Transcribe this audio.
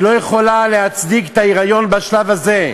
היא לא יכולה להפסיק את ההיריון בשלב הזה.